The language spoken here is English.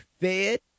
fed